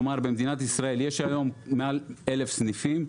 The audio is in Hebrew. כלומר במדינת ישראל יש היום מעל 1,000 סניפים,